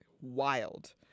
wild